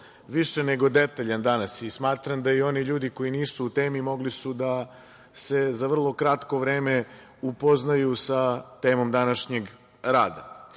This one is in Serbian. više nego detaljan danas i smatram da su i oni ljudi koji nisu u temi mogli za vrlo kratko vreme da se upoznaju sa temom današnjeg